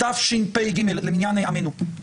בתשפ"ג למניין עמנו,